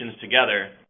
together